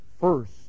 first